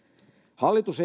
hallitus